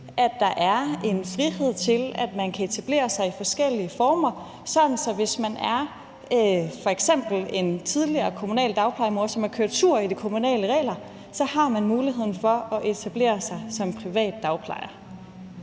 at der er en frihed til, at man kan etablere sig i forskellige former, sådan at hvis man f.eks. er en tidligere kommunal dagplejemor, som er kørt sur i de kommunale regler, så har man muligheden for at etablere sig som privat dagplejer.